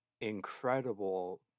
incredible